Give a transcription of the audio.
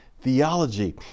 theology